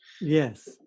yes